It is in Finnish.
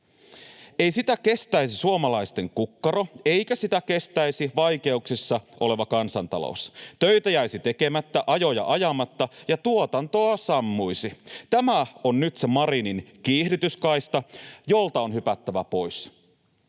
Ei sitä kestäisi suomalaisten kukkaro, eikä sitä kestäisi vaikeuksissa oleva kansantalous. Töitä jäisi tekemättä, ajoja ajamatta ja tuotantoa sammuisi. Tämä on nyt se Marinin kiihdytyskaista, jolta on hypättävä pois.